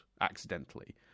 accidentally